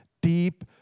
deep